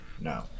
no